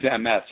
MS